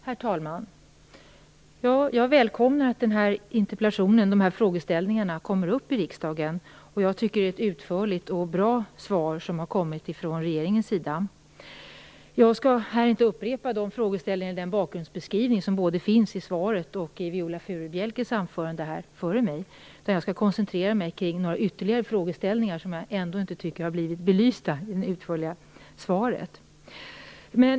Herr talman! Jag välkomnar att dessa frågeställningar kommer upp i riksdagen, och jag tycker att det är ett utförligt och bra svar som har kommit från regeringens sida. Jag skall inte upprepa de frågeställningar eller den bakgrundsbeskrivning som både finns i svaret och i Viola Furubjelkes anförande. Jag skall koncentrera mig kring några ytterligare frågeställningar som jag ändå inte tycker har blivit belysta i det utförliga svaret.